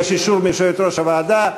יש אישור מיושבת-ראש הוועדה.